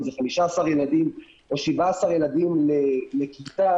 אם זה 15 ילדים או 17 ילדים לכיתה,